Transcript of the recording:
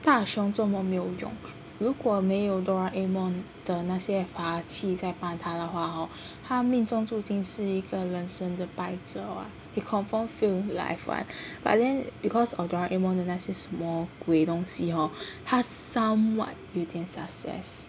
大雄做么没有用如果没有 Doraemon 的那些法气在帮他的话 hor 他命中注定是一个人身的败者 [what] he confirm fail in life [what] but then because of Doraemon 的那些什么鬼东西 hor 他 somewhat 有点 success